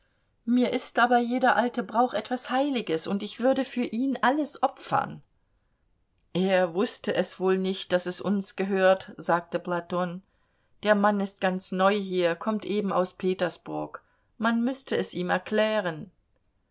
mir ist aber jeder alte brauch etwas heiliges und ich würde für ihn alles opfern er wußte es wohl nicht daß es uns gehört sagte platon der mann ist ganz neu hier kommt eben aus petersburg man müßte es ihm erklären